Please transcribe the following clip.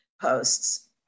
posts